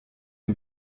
ein